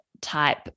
type